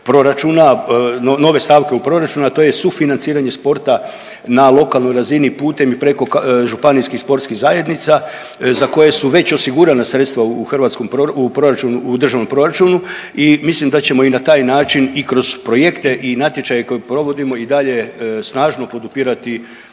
proračuna, nove stavke u proračunu, a to je sufinanciranje sporta na lokalnoj razini putem i preko županijskih sportskih zajednica za koje su već osigurana sredstva u hrvatskom, u proračunu, u Državnom proračunu i mislim da ćemo i na taj način i kroz projekte i natječaje koje provodimo i dalje snažno podupirati